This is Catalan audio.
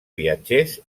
viatgers